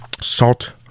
salt